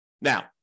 Now